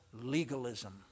legalism